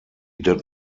did